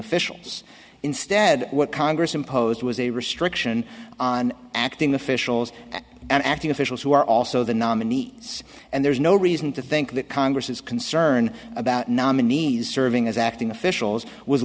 officials instead what congress imposed was a restriction on acting officials and acting officials who are also the nominee and there's no reason to think that congress is concerned about nominees serving as acting officials was